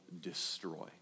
destroy